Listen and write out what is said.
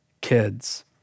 kids